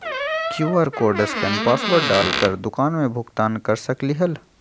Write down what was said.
QR code scan password डाल कर दुकान में भुगतान कर सकलीहल?